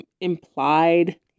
implied